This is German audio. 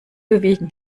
bewegen